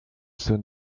soon